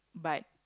but